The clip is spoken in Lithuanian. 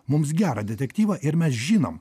mums gerą detektyvą ir mes žinom